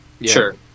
Sure